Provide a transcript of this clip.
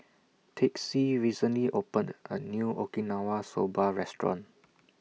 Texie recently opened A New Okinawa Soba Restaurant